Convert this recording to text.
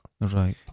Right